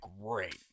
great